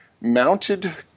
mounted